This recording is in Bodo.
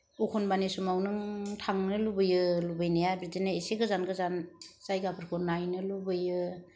एखनबानि समान नों थानो लुबैयो लुगैनाया बिदिनो इसे गोजान गोजान जायगाफोरखौ नायनो लुबैयो